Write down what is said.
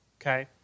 okay